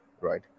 right